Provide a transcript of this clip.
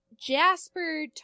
Jasper